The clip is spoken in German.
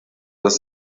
das